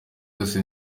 yose